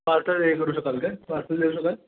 parcel हे करू शकाल काय पार्सल देऊ शकाल